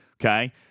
okay